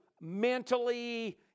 mentally